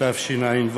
התשע"ו